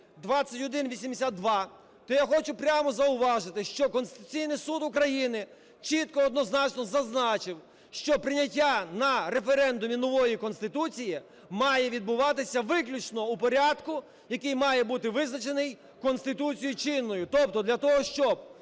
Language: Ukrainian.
2182, то я хочу прямо зауважити, що Конституційний Суд України чітко однозначно зазначив, що прийняття на референдумі нової Конституції має відбуватися виключно у порядку, який має бути визначений Конституцією чинною. Тобто для того, щоб